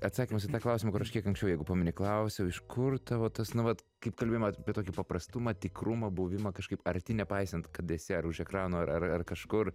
atsakymas į tą klausimą kiek anksčiau jeigu pameni klausiau iš kur tavo tas nu vat kaip kalbėjom apie tokį paprastumą tikrumą buvimą kažkaip arti nepaisant kad esi ar už ekrano ar ar ar kažkur